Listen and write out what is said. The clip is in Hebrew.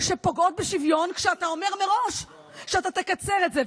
שפוגעות בשוויון כשאתה אומר מראש שאתה תקצר את זה.